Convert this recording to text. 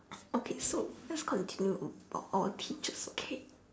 okay so let's continue about our teachers okay